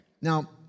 Now